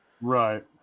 Right